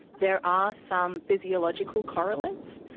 there are some physiological correlates.